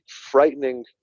frightening